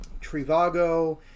Trivago